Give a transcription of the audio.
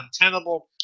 untenable